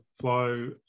flow